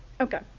Okay